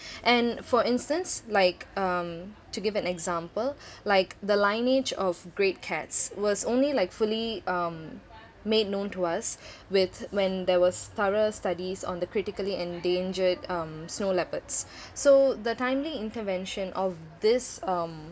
and for instance like um to give an example like the lineage of great cats was only like fully um made known to us with when there was thorough studies on the critically endangered um snow leopards so the timely intervention of this um